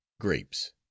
grapes